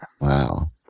Wow